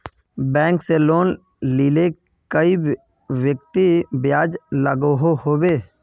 Bank से loan लिले कई व्यक्ति ब्याज लागोहो होबे?